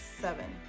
seven